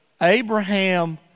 Abraham